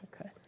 Okay